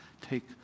take